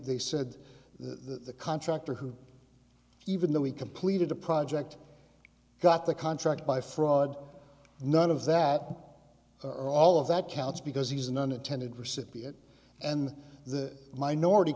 they said the contractor who even though we completed the project got the contract by fraud none of that or all of that counts because he's an unintended recipient and the minority